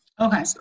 Okay